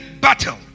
battle